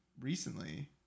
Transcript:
recently